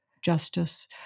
Justice